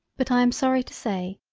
but i am sorry to say,